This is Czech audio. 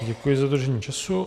Děkuji za dodržení času.